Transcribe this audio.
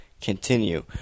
continue